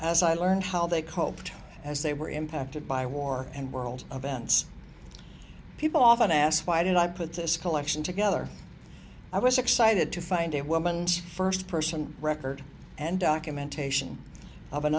as i learned how they coped as they were impacted by war and world events people often ask why did i put this collection together i was excited to find a woman's first person record and documentation of an